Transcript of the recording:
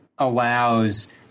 Allows